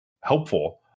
helpful